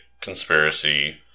conspiracy